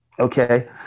Okay